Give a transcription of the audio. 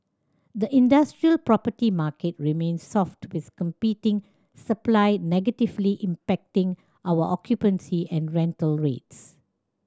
the industrial property market remains soft with competing supply negatively impacting our occupancy and rental rates